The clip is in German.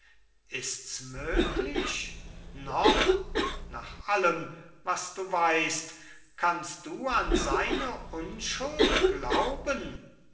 ists möglich noch nach allem was du weißt kannst du an seine unschuld glauben